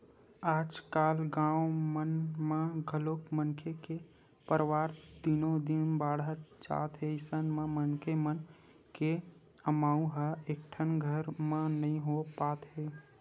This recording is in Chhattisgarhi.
आजकाल गाँव मन म घलोक मनखे के परवार दिनो दिन बाड़हत जात हे अइसन म मनखे मन के अमाउ ह एकेठन घर म नइ हो पात हे